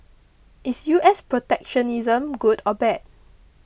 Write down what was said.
is U S protectionism good or bad